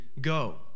Go